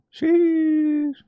Sheesh